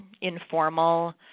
informal